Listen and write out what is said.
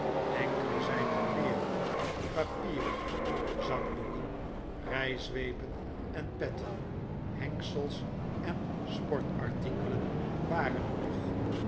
enkele zijner kleeren papieren zakdoeken rijzweepen en petten hengels en sportartikelen waren er nog